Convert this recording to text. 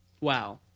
Wow